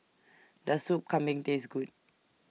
Does Soup Kambing Taste Good